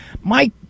Mike